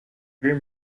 grim